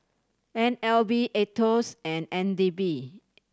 N L B Aetos and N D P